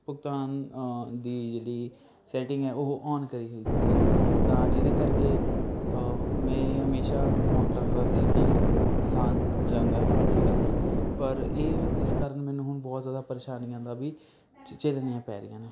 ਭੁਗਤਾਨ ਦੀ ਜਿਹੜੀ ਸੈਟਿੰਗ ਹੈ ਉਹ ਆਨ ਕਰੀ ਹੋਈ ਸੀ ਜੀ ਤਾਂ ਜਿਹਦੇ ਕਰਕੇ ਮੈਂ ਹਮੇਸ਼ਾ ਆਨ ਰੱਖਦਾ ਸੀ ਕਿ ਆਸਾਨ ਹੋ ਜਾਂਦਾ ਔਡਰ ਕਰਨਾ ਪਰ ਇਹ ਇਸ ਕਾਰਨ ਮੈਨੂੰ ਹੁਣ ਬਹੁਤ ਜ਼ਿਆਦਾ ਪਰੇਸ਼ਾਨੀਆਂ ਦਾ ਵੀ ਝ ਝੇਲਣੀਆਂ ਪੈ ਰਹੀਆਂ ਨੇ